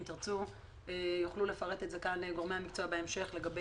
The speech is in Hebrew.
אם תרצו יוכלו לפרט את זה כאן גורמי המקצוע בהמשך לגבי